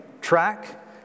track